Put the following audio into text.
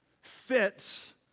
fits